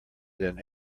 than